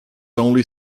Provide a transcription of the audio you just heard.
only